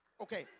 Okay